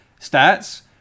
Stats